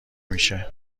میشه